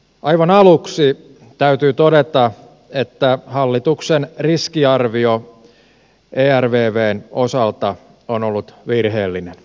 aivan aluksi täytyy todeta että hallituksen riskiarvio ervvn osalta on ollut virheellinen